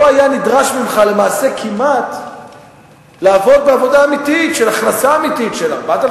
לא נדרש ממך למעשה לעבוד כמעט בעבודה אמיתית של הכנסה אמיתית של 4,000